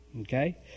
Okay